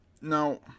now